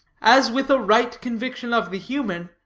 as with a right conviction of the human,